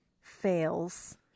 fails